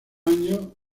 año